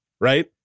right